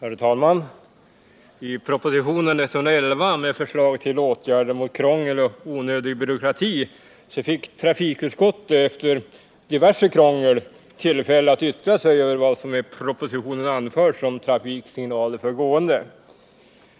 Herr talman! I propositionen 111 med förslag till åtgärder mot krångel och onödig byråkrati fick trafikutskottet efter diverse krångel tillfälle att yttra sig över vad som i propositionen har anförts om trafiksignaler för gående.